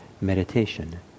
meditation